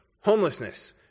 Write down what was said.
homelessness